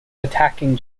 attacking